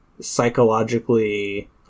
psychologically